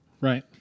right